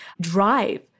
drive